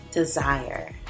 desire